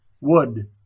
wood